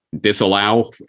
disallow